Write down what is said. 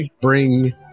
bring